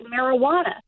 marijuana